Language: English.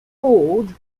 ford